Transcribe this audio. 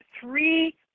three